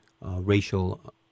racial